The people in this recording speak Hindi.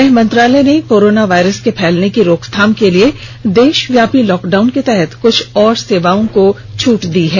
गृह मंत्रालय ने कोरोना वायरस के फैलने की रोकथाम के लिए देशव्यापी लॉकडाउन के तहत कुछ और सेवाओं को छूट दी है